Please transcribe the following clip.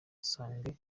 usange